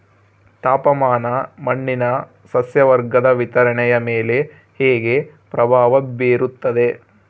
ತಾಪಮಾನ ಮಣ್ಣಿನ ಸಸ್ಯವರ್ಗದ ವಿತರಣೆಯ ಮೇಲೆ ಹೇಗೆ ಪ್ರಭಾವ ಬೇರುತ್ತದೆ?